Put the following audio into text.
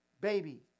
baby